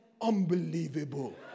unbelievable